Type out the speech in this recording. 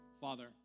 Father